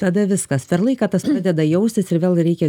tada viskas per laiką tas padeda jaustis ir vėl reikia